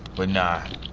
but nah.